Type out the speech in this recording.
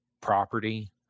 property